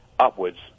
upwards